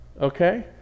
okay